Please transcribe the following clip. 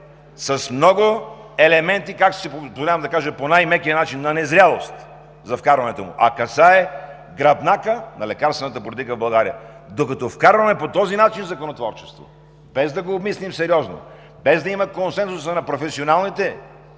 с много елементи, позволявам си да го кажа по най-мекия начин, на незрялост за вкарването му, а касае гръбнака на лекарствената политика в България. Докато караме по този начин законотворчеството, без да го обмислим сериозно, без да има консенсуса на професионалните